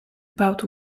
about